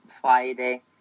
Friday